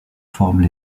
forment